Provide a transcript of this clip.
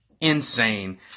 insane